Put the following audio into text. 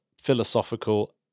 philosophical